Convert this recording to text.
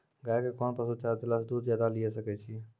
गाय के कोंन पसुचारा देला से दूध ज्यादा लिये सकय छियै?